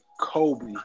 Kobe